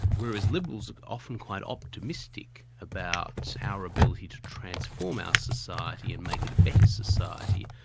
whereas liberals are often quite optimistic about our ability to transform our society and make it a better society,